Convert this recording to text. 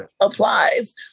applies